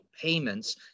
payments